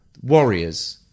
Warriors